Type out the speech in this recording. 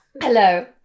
Hello